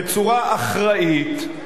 בצורה אחראית,